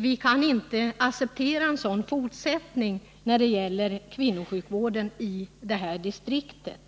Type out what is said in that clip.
Vi kan inte acceptera en sådan utveckling när det gäller kvinnosjukvården i det här distriktet.